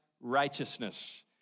righteousness